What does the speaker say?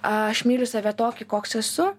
aš myliu save tokį koks esu